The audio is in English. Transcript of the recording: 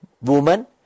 woman